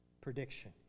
prediction